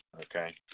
okay